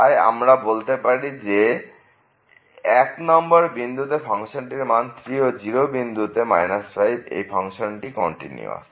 তাই আমরা বলতে পারি যে এক নম্বর বিন্দুতে ফাংশনটির মান 3 ও 0 বিন্দুতে এর মান 5 এবং ফাংশনটি কন্টিনিউয়াস